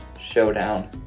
showdown